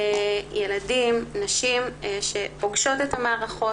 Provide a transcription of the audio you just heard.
ילדים, נשים שפוגשות את המערכות.